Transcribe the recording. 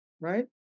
right